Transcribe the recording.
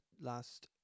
last